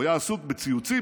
הוא היה עסוק בציוצים,